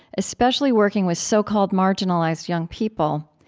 especially working with so-called marginalized young people,